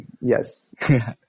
yes